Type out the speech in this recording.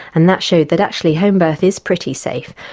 and that showed that actually homebirth is pretty safe.